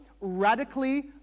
radically